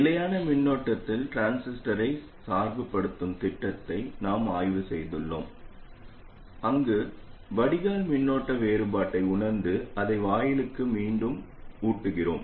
நிலையான மின்னோட்டத்தில் டிரான்சிஸ்டரை சார்புபடுத்தும் திட்டத்தை நாம் ஆய்வு செய்துள்ளோம் அங்கு வடிகால் மின்னோட்ட வேறுபாட்டை உணர்ந்து அதை வாயிலுக்கு மீண்டும் ஊட்டுகிறோம்